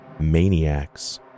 maniacs